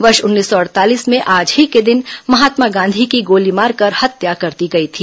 वर्ष उन्नीस सौ अड़तालीस में आज ही के दिन महात्मा गांधी की गोली मारकर हत्या कर दी गई थी